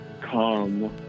Come